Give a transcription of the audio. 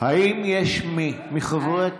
האם יש מי מחברי הכנסת,